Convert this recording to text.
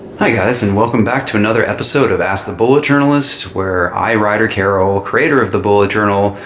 hi, guys, and welcome back to another episode of ask the bullet journalists, where i, ryder carroll, creator of the bullet journal,